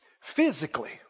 physically